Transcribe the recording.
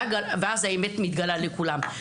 ואז האמת מתגלה לכולם?